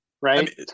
Right